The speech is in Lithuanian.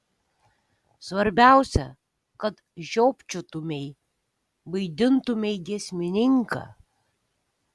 svarbiausia kad žiopčiotumei vaidintumei giesmininką